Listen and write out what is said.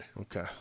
Okay